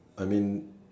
I mean